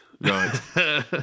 Right